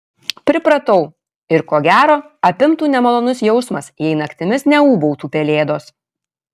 pripratau ir ko gero apimtų nemalonus jausmas jei naktimis neūbautų pelėdos